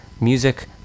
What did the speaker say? music